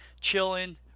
Chilling